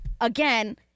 again